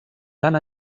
tant